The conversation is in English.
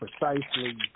precisely